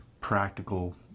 practical